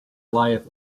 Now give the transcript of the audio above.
life